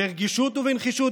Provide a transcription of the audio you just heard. "ברגישות ובנחישות",